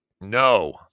No